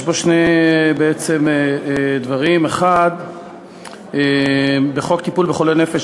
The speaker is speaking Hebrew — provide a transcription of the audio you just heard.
ויש בו שני דברים: בחוק טיפול בחולה נפש,